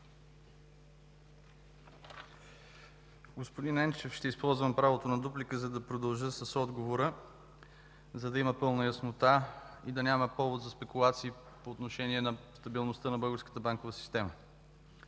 Господин Енчев, ще използвам правото на дуплика, за да продължа с отговора, за да има пълна яснота и да няма повод за спекулации по отношение на стабилността на българската банкова система.